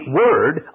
word